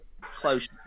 close